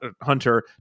hunter